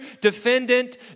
defendant